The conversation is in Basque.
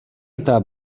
eta